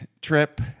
trip